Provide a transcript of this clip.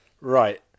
Right